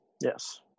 yes